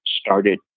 started